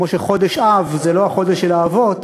כמו שחודש אב זה לא החודש של האבות,